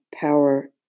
power